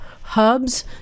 hubs